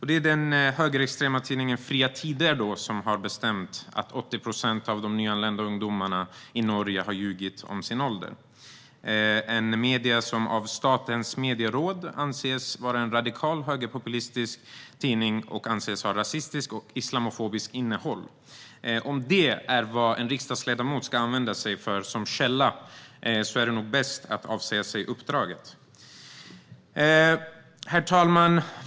Det är den högerextrema tidningen Fria Tider som har bestämt att 80 procent av de nyanlända ungdomarna i Norge har ljugit om sin ålder. Fria Tider anses av Statens medieråd vara en radikal högerpopulistisk tidning med rasistiskt och islamofobiskt innehåll. Om det är vad en riksdagsledamot ska använda sig av som källa är det nog bäst att avsäga sig uppdraget. Herr talman!